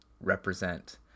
represent